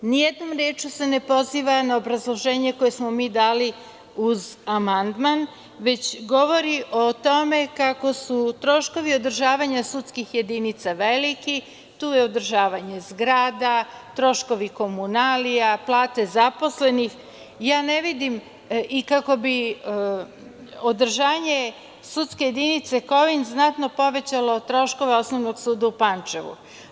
Ni jednom rečju se ne poziva na obrazloženje koje smo mi dali uz amandman, već govori o tome kako su troškovi održavanja sudskih jedinica veliki, tu je održavanje zagrada, troškovi komunalija, plate zaposlenih i kako bi održanje sudske jedinice Kovin znatno povećalo troškove Osnovnog suda u Pančevu.